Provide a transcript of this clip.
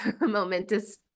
momentous